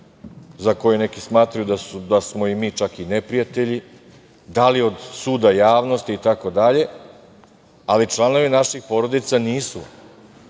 za koje neki smatraju da smo im mi neprijatelji, da li od suda javnosti itd, ali članovi naših porodica nisu